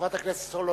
חברת הכנסת סולודקין,